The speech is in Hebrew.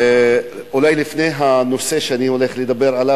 אולי לפני הנושא שאני הולך לדבר עליו,